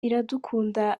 iradukunda